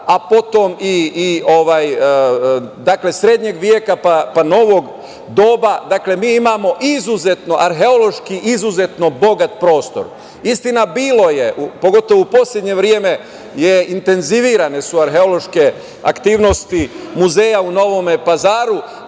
a potom i srednjeg veka, pa novog doba. Mi imamo izuzetno arheološki bogat prostor. Istina, bilo je, pogotovo u poslednje vreme, intenzivirane su arheološke aktivnosti muzeja u Novom Pazaru,